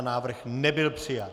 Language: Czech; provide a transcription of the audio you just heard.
Návrh nebyl přijat.